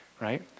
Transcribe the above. right